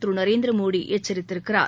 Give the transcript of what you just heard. Thiru Narendra Modi எச்சரித்திருக்கிறார்